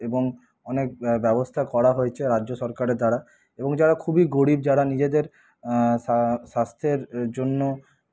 এবং অনেক ব্যবস্থা করা হয়েছে রাজ্য সরকারের দ্বারা এবং যারা খুবই গরিব যারা নিজেদের স্বাস্থ্যের জন্য